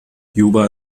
juba